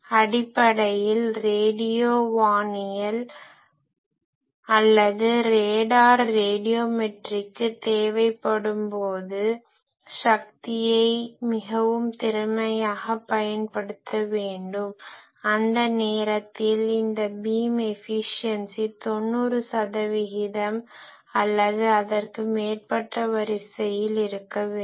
அடிப்படையில் ரேடியோ வானியல் அல்லது ராடார் ரேடியோமெட்ரிக்கு தேவைப்படும் போது சக்தியை மிகவும் திறமையாகப் பயன்படுத்த வேண்டும் அந்த நேரத்தில் இந்த பீம் எஃபிஸியன்சி 90 சதவிகிதம் அல்லது அதற்கு மேற்பட்ட வரிசையில் இருக்க வேண்டும்